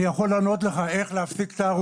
אני יכול לענות לך איך להפסיק את ההרוגים